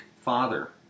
father